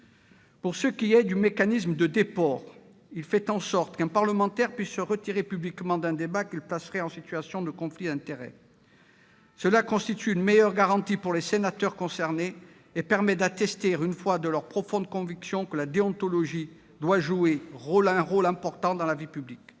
commission. Le mécanisme de déport, quant à lui, permettra à un parlementaire de se retirer publiquement d'un débat qui le placerait en situation de conflit d'intérêts. Cela constitue une meilleure garantie pour les sénateurs concernés et permettra d'attester de notre profonde conviction que la déontologie doit jouer un rôle important dans la vie publique.